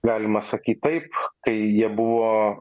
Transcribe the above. galima sakyt taip kai jie buvo